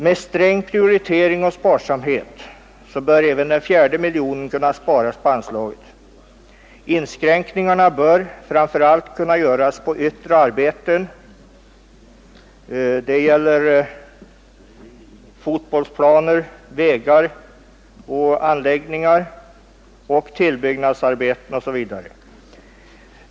Med sträng prioritering och sparsamhet bör även den fjärde miljonen kunna sparas på anslaget. Inskränkningar bör framför allt kunna göras på yttre arbeten — fotbollsplaner, vägar och anläggningar, tillbyggnadsarbeten osv.